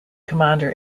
commander